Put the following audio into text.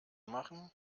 machen